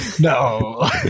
no